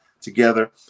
together